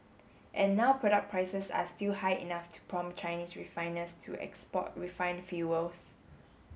and now product prices are still high enough to prompt Chinese refiners to export refined fuels